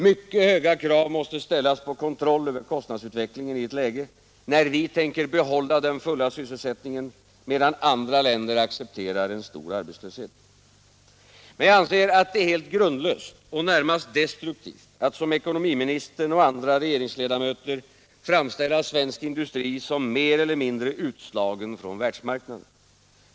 Mycket höga krav måste ställas på kontroll över kostnadsutvecklingen i det läge när vi tänker behålla den fulla sysselsättningen, medan andra länder accepterar en stor arbetslöshet. Men jag anser att det är helt grundlöst och närmast destruktivt att som ekonomiministern och andra regeringsledamöter framställa svensk industri som mer eller mindre utslagen från världsmarknaden.